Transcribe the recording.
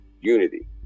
unity